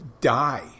die